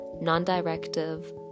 non-directive